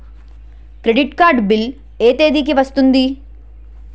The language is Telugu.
క్రెడిట్ కార్డ్ బిల్ ఎ తేదీ కి వస్తుంది?